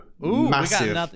massive